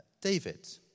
David